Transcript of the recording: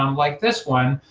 um like this one,